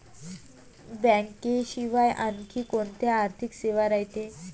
बँकेशिवाय आनखी कोंत्या आर्थिक सेवा रायते?